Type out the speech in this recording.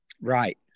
right